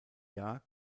jahr